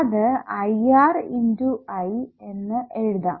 അത് I R × I എന്ന് എഴുതാം